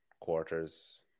quarters